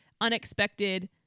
unexpected